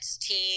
team